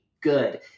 good